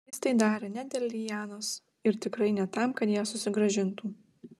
jis tai padarė ne dėl lianos ir tikrai ne tam kad ją susigrąžintų